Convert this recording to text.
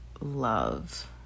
love